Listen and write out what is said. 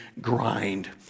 grind